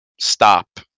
stop